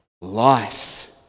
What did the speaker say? life